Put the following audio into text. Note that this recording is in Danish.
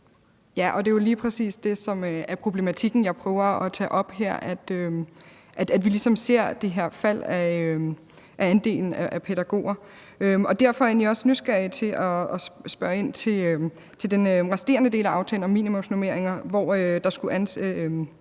det er jo lige præcis det, som er problematikken, jeg prøver at tage op her – at vi ligesom ser det her fald i andelen af pædagoger. Derfor er jeg egentlig også nysgerrig efter at spørge ind til den resterende del af aftalen om minimumsnormeringer, hvor der skulle afsættes